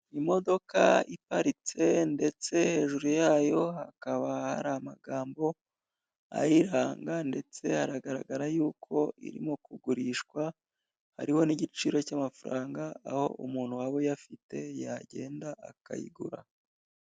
Imodoka iparitse ndetse hejuru yayo hakaba hari amagambo ayihanga ndetse haragaragara yuko irimo kugurishwa, hariho n'igiciro cy'amafaranga aho umuntu waba uyafite yagenda akayigura.